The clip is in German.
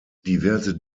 diverse